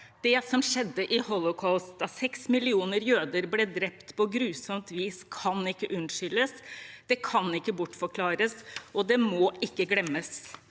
Det som skjedde i holocaust da 6 millioner jøder ble drept på grusomt vis, kan ikke unnskyldes, det kan ikke bortforklares, og det må ikke glemmes.